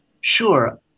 Sure